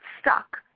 stuck